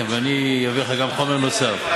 ואני אביא לך גם חומר נוסף.